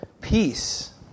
peace